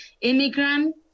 immigrant